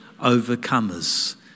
overcomers